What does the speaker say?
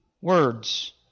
words